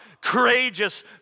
courageous